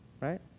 right